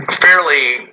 fairly